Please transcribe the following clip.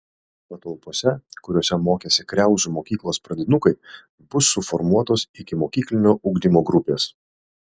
patalpose kuriose mokėsi kriauzų mokyklos pradinukai bus suformuotos ikimokyklinio ugdymo grupės